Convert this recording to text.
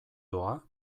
doa